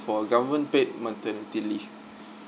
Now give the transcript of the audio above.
for government paid maternity leave